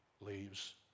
leaves